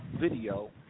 video